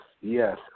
yes